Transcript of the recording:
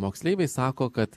moksleiviai sako kad